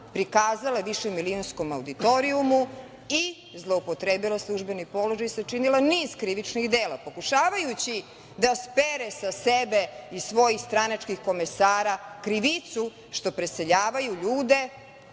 prikazala je višemilionskom auditorijumu i zloupotrebila službeni položaj, sačinila niz krivičnih dela, pokušavajući da spere sa sebe i svojih stranačkih komesara krivicu što preseljavaju ljude